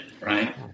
right